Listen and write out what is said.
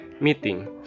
meeting